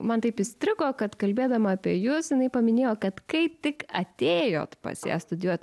man taip įstrigo kad kalbėdama apie jus jinai paminėjo kad kai tik atėjot pas ją studijuot